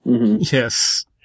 Yes